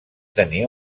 tenir